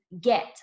get